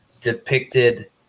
depicted